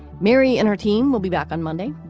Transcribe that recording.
mary and her team will be back on monday.